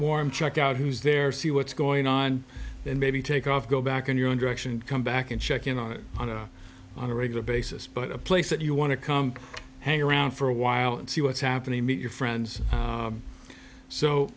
warm check out who's there see what's going on and maybe take off go back in your own direction come back and check in on a on a regular basis but a place that you want to come hang around for a while and see what's happening meet your friends